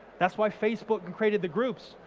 that's why facebook and created the groups.